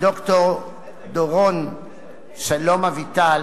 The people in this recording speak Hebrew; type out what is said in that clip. ד"ר דורון שלום אביטל